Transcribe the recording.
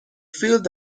field